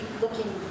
looking